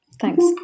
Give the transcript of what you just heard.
Thanks